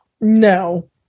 no